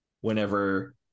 whenever